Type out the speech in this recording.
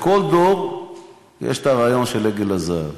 בכל דור יש הרעיון של עגל הזהב